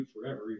forever